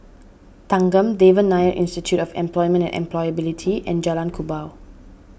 Thanggam Devan Nair Institute of Employment and Employability and Jalan Kubor